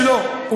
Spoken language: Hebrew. תגיד לי,